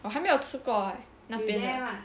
我还没有吃过诶那边